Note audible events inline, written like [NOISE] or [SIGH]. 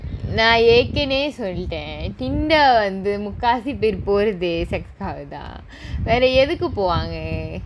நான் ஏற்கனவே சொல்லிட்டேன்:naan erkanavae sollittaen Tinder வந்து முக்காவாசி பேர் போறதே:vanthu mukkavaasi per porathae sex காக தான் வேற எதுக்கு போவாங்க:kaaga thaan vera edukku povaanga [LAUGHS]